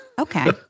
Okay